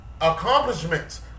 Accomplishments